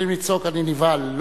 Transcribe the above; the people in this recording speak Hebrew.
כשמתחילים לצעוק אני נבהל,